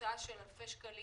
הוצאה של אלפי שקלים